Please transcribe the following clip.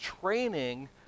training